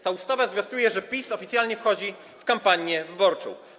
Ta ustawa zwiastuje, że PiS oficjalnie wchodzi w kampanię wyborczą.